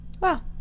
Wow